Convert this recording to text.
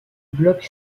bloc